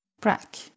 Brack